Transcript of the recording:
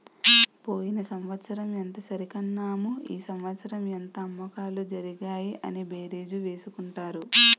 పోయిన సంవత్సరం ఎంత సరికన్నాము ఈ సంవత్సరం ఎంత అమ్మకాలు జరిగాయి అని బేరీజు వేసుకుంటారు